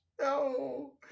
no